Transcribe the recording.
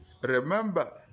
remember